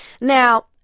now